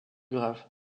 graves